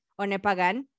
Onepagan